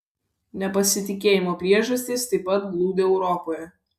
nepasitikėjimo priežastys taip pat glūdi europoje